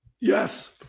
Yes